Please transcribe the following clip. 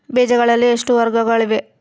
ಬೇಜಗಳಲ್ಲಿ ಎಷ್ಟು ವರ್ಗಗಳಿವೆ?